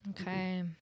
Okay